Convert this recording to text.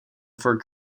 for